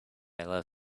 love